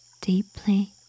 deeply